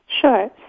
Sure